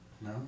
No